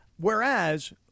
Whereas